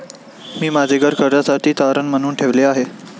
मी माझे घर कर्जासाठी तारण म्हणून ठेवले आहे